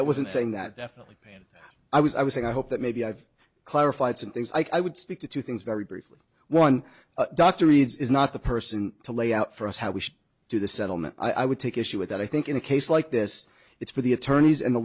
i wasn't saying that definitely man i was i was saying i hope that maybe i've clarified some things i would speak to two things very briefly one doctor is not the person to lay out for us how we should do the settlement i would take issue with that i think in a case like this it's for the attorneys and the